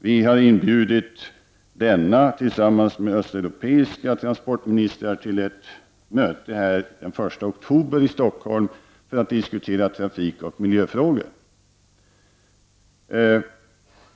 Vi har inbjudit denna, tillsammans med östeuropeiska transportministrar, till ett möte i Stockholm den 1 oktober för att diskutera trafikoch miljöfrågor.